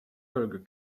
burger